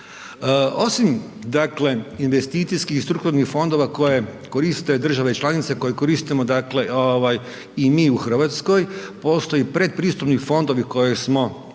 dakle investicijskih i strukturnih fondova koje koriste države članice, koje koristimo u Hrvatskoj, postoje predpristupni fondovi koje smo koristili